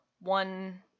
one